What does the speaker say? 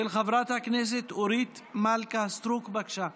של חברת הכנסת אורית מלכה סטרוק, בבקשה.